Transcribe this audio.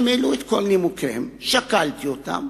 הם העלו את כל נימוקיהם, שקלתי אותם,